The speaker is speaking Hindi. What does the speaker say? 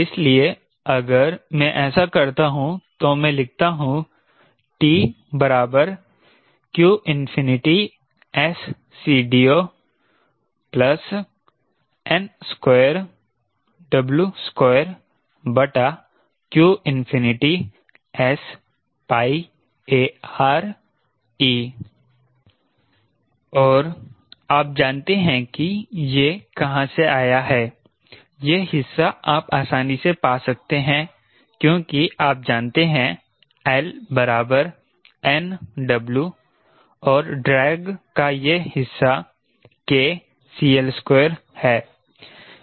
इसलिए अगर मैं ऐसा करता हूं तो मैं लिखता हूं T qSCDO n2W2qSARe और आप जानते हैं कि ये कहां से आया है यह हिस्सा आप आसानी से पा सकते हैं क्योंकि आप जानते हैं L 𝑛𝑊 और ड्रैग का यह हिस्सा 𝐾CL2 है